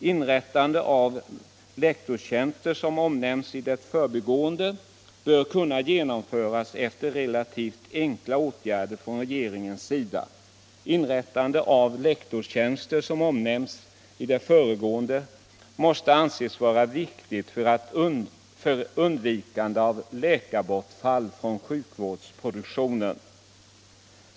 Inrättande av lektorstjänster bör kunna genomföras efter relativt enkla åtgärder från regeringens sida och måste anses vara viktigt också för undvikande av läkarbortfall från sjukvårdsproduktionen.